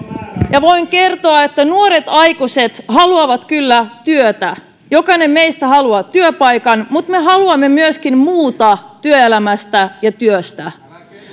ja voin kertoa että nuoret aikuiset haluavat kyllä työtä jokainen meistä haluaa työpaikan mutta me haluamme myöskin muuta työelämästä ja työstä